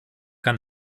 kann